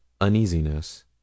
uneasiness